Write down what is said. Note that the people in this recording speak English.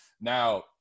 Now